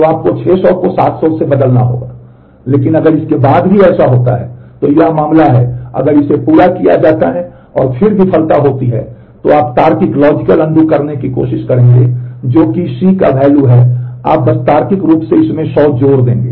तो आपको 600 को 700 से बदलना होगा लेकिन अगर इसके बाद भी ऐसा होता है तो यह मामला है अगर इसे पूरा किया जाता है और फिर विफलता होती है तो आप तार्किक करेंगे जो कि C का वैल्यू है आप बस तार्किक रूप से इसमें 100 जोड़ देंगे